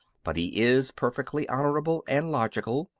but he is perfectly honourable and logical,